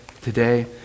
today